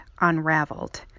Unraveled